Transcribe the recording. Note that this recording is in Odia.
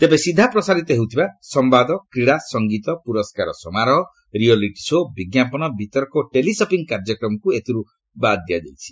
ତେବେ ସିଧା ପ୍ରସାରିତ ହେଉଥିବା ସମ୍ଭାଦ କ୍ରୀଡ଼ା ସଂଗୀତ ପୁରସ୍କାର ସମାରୋହ ରିଅଲିଟି ଶୋ ବିଜ୍ଞାପନ ବିତର୍କ ଓ ଟେଲିସପିଂ କାର୍ଯ୍ୟକ୍ରମକୁ ଏଥିରୁ ବାଦ୍ ଦିଆଯାଇଛି